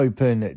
Open